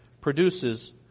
produces